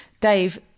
Dave